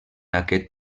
aquest